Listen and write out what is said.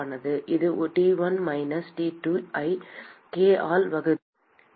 அது T1 minus T2 ஐ k ஆல் வகுத்து A